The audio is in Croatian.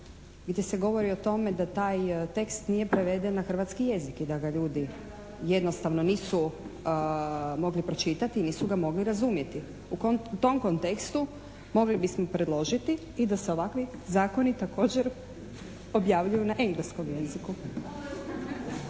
gdje se govori o tome da taj tekst nije preveden na hrvatski jezik i da ga ljudi jednostavno nisu mogli pročitati, nisu ga mogli razumjeti. U tom kontekstu mogli bismo predložiti i da se ovakvi zakoni također objavljuju na engleskom jeziku.